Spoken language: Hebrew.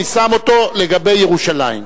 אני שם אותו לגבי ירושלים.